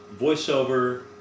voiceover